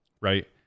right